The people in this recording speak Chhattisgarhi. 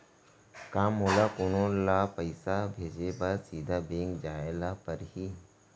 का मोला कोनो ल पइसा भेजे बर सीधा बैंक जाय ला परही?